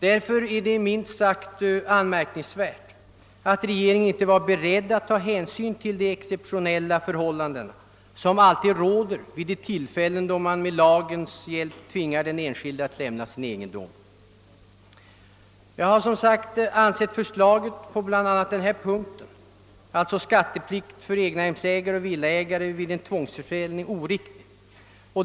Därför är det minst sagt anmärkningsvärt att regeringen inte var beredd att ta hänsyn till de exceptionella förhållanden, som alltid råder vid de tillfällen när man med lagens hjälp tvingar den enskilde att lämna sin egendom. Jag har som sagt ansett att förslaget bl.a. på denna punkt, alltså skatteplikt för egnahemsägare och villaägare vid en tvångsförsäljning, är oriktigt.